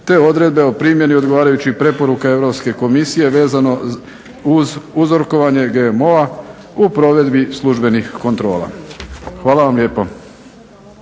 te odredbe o primjeni odgovarajućih preporuke Europske komisije vezano uz uzorkovanje GMO-a u provedbi službenih kontrola. Hvala vam lijepo.